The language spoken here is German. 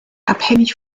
abhängig